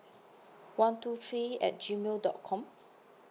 one two three at G mail dot com